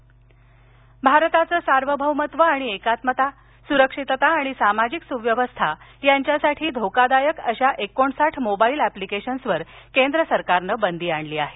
mobile app भारताचं सार्वभौमत्व आणि एकात्मता सुरक्षितता आणि सामाजिक सुव्यवस्था यांच्यासाठी धोकादायक अशी एकोणसाठ मोबाईल ऍप्लिकेशन्सवर केंद्र सरकारनं बंदी आणली आहे